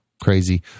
crazy